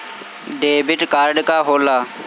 Debit card का होला?